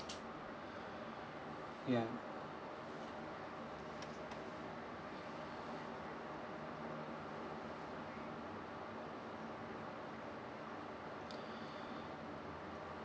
ya